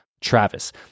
Travis